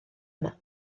yma